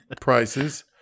prices